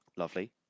Lovely